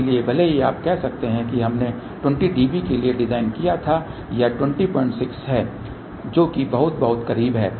इसलिए भले ही आप कह सकते हैं कि हमने 20 dB के लिए डिज़ाइन किया था यह 206 है जो कि बहुत बहुत करीब है